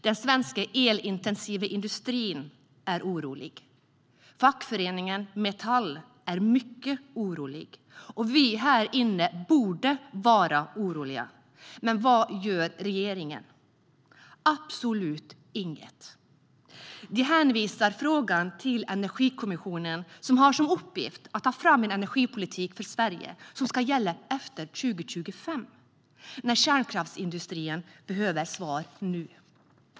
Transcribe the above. Den svenska elintensiva industrin är orolig, fackföreningen IF Metall är mycket orolig och vi här inne borde vara oroliga. Men vad gör regeringen? Absolut inget. Regeringen hänvisar frågan till Energikommissionen, som har till uppgift att ta fram en energipolitik för Sverige som ska gälla efter 2025. Men kärnkraftsindustrin behöver svar nu.